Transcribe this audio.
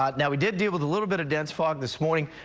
um now we did deal with a little bit of dense fog this morning,